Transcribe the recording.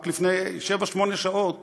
רק לפני שבע-שמונה שעות